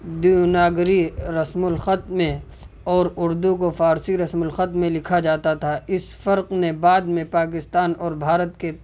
دیوناگری رسم الخط میں اور اردو کو فارسی رسم الخط میں لکھا جاتا تھا اس فرق نے بعد میں پاکستان اور بھارت کے